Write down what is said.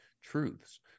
truths